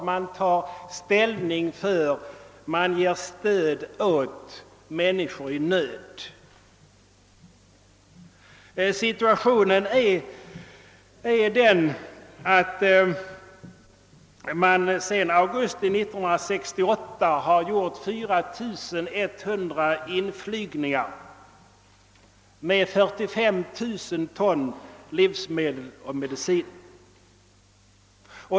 Man tar ställning för människor i nöd. Situationen är den att man sedan augusti 1968 har gjort 4 100 inflygningar med 45 000 ton livsmedel och medicin.